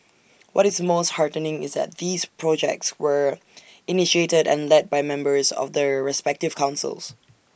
what is most heartening is that these projects were initiated and led by members of the respective councils